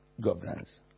governance